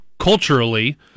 culturally